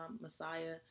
Messiah